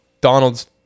Donald's